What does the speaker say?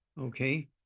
okay